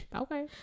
okay